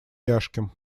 тяжким